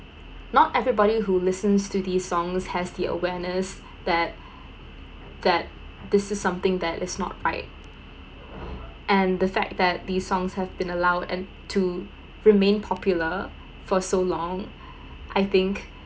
not everybody who listens to these songs has the awareness that that this is something that is not right and the fact that these songs have been allowed and to remain popular for so long I think